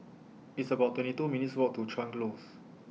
It's about twenty two minutes' Walk to Chuan Close